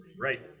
Right